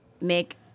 make